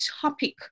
topic